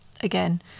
again